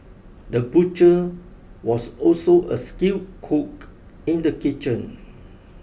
the butcher was also a skilled cook in the kitchen